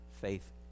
faith